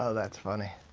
ah that's funny.